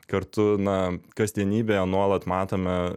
kartu na kasdienybėje nuolat matome